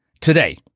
today